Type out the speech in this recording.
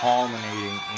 culminating